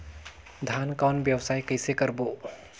धान कौन व्यवसाय कइसे करबो?